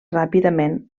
ràpidament